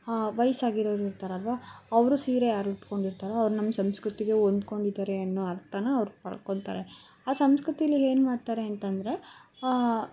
ವಯ್ಸಾಗಿರೋರು ಇರ್ತಾರಲ್ವ ಅವರು ಸೀರೆ ಯಾರು ಉಟ್ಕೊಂಡಿರ್ತಾರೋ ಅವ್ರು ನಮ್ಮ ಸಂಸ್ಕೃತಿಗೆ ಹೊಂದ್ಕೊಂಡಿದ್ದಾರೆ ಅನ್ನೊ ಅರ್ಥನ ಅವ್ರು ಪಡ್ಕೋತಾರೆ ಆ ಸಂಸ್ಕೃತೀಲಿ ಏನು ಮಾಡ್ತಾರೆ ಅಂತಂದರೆ